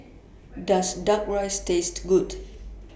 Does Duck Rice Taste Good